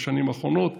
בשנים האחרונות.